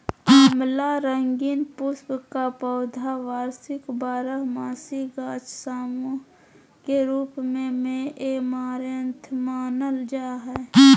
आँवला रंगीन पुष्प का पौधा वार्षिक बारहमासी गाछ सामूह के रूप मेऐमारैंथमानल जा हइ